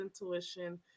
intuition